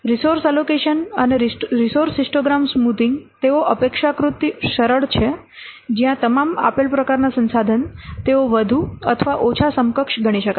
resource allocation અને resource histogram smoothing તેઓ અપેક્ષાકૃત સરળ છે જ્યાં તમામ આપેલ પ્રકારના સંસાધન તેઓ વધુ અથવા ઓછા સમકક્ષ ગણી શકાય